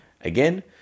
again